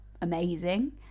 amazing